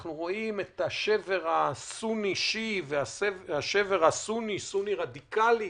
אנחנו רואים את השבר הסוני-שיעי והשבר הסוני-סוני רדיקלי,